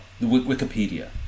Wikipedia